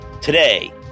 Today